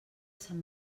sant